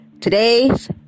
Today's